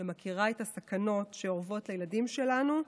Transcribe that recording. שמכירה את הסכנות שאורבות לילדים שלנו,